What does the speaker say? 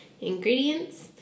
ingredients